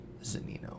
Zanino